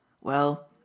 Well